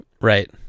right